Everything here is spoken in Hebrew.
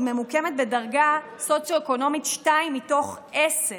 היא ממוקמת בדרגה סוציו-אקונומית 2 מתוך 10,